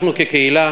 אנחנו כקהילה